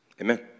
Amen